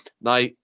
Now